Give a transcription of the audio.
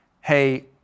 hey